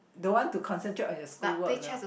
don't want to concentrate on your school work you know